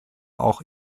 auch